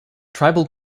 tribal